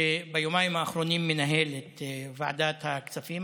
שביומיים האחרונים מנהל את ועדת הכספים.